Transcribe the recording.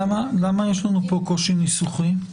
למה יש פה קושי ניסוחי?